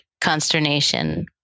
consternation